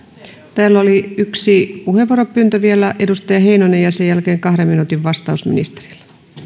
täällä oli yksi puheenvuoropyyntö vielä edustaja heinonen ja sen jälkeen kahden minuutin vastaus ministerille arvoisa